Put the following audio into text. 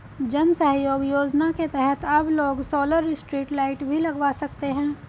जन सहयोग योजना के तहत अब लोग सोलर स्ट्रीट लाइट भी लगवा सकते हैं